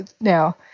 now